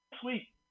Sweet